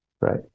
right